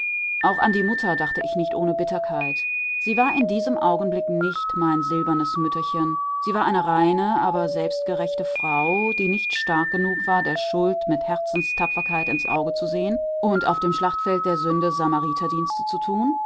auch an die mutter dachte ich nicht ohne bitterkeit sie war in diesem augenblick nicht mein silbernes mütterchen sie war eine reine aber selbstgerechte frau die nicht stark genug war der schuld mit herzenstapferkeit ins auge zu sehen und auf dem schlachtfeld der sünde samariterdienste zu tun